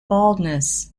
baldness